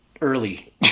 early